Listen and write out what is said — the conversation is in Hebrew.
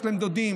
יש להם דודים,